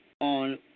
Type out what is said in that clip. on